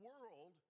world